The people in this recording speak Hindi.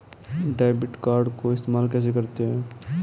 डेबिट कार्ड को इस्तेमाल कैसे करते हैं?